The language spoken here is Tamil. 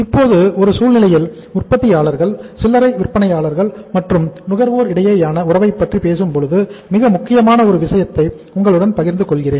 இப்போது ஒரு சூழ்நிலையில் உற்பத்தியாளர்கள் சில்லறை விற்பனையாளர்கள் மற்றும் நுகர்வோர் இடையேயான உறவைப் பற்றி பேசும்போது மிக முக்கியமான ஒரு விஷயத்தை உங்களுடன் பகிர்ந்து கொள்கிறேன்